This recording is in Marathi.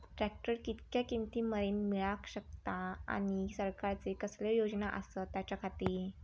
ट्रॅक्टर कितक्या किमती मरेन मेळाक शकता आनी सरकारचे कसले योजना आसत त्याच्याखाती?